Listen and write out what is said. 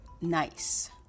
nice